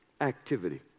activity